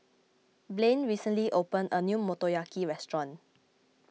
Blane recently opened a new Motoyaki restaurant